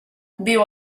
viu